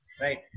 Right